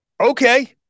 okay